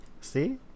see